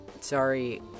sorry